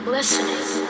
Listening